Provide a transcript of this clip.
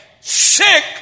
sick